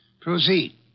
Proceed